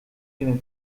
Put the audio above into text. tiene